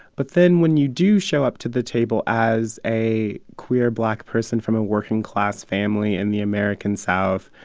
but then when you do show up to the table as a queer black person from a working-class family in the american south,